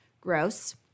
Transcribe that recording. gross